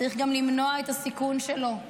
צריך גם למנוע את הסיכון שלו.